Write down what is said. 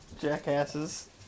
Jackasses